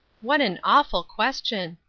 what an awful question!